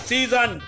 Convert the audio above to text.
Season